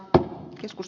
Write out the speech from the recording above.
te keskus